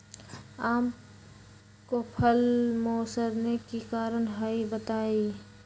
आम क फल म सरने कि कारण हई बताई?